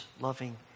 loving